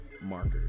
marker